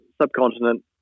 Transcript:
subcontinent